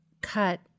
cut